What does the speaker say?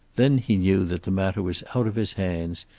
then he knew that the matter was out of his hands,